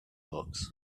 books